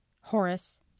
Horace